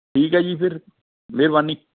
ਠੀਕ ਹੈ ਜੀ ਫਿਰ ਮਿਹਰਬਾਨੀ